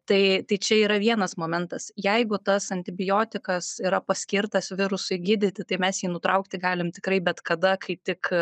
tai tai čia yra vienas momentas jeigu tas antibiotikas yra paskirtas virusui gydyti tai mes jį nutraukti galim tikrai bet kada kai tik